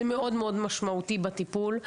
זה מאוד מאוד משמעותי בטיפול.